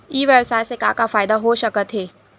ई व्यवसाय से का का फ़ायदा हो सकत हे?